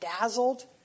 dazzled